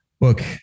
Look